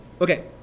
Okay